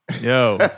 Yo